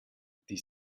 die